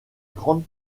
grande